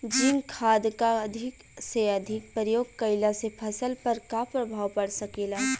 Zinc खाद क अधिक से अधिक प्रयोग कइला से फसल पर का प्रभाव पड़ सकेला?